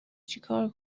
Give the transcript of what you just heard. چیکار